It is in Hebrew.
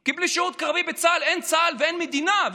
כי בלי שירות קרבי בצה"ל אין צה"ל ואין מדינה,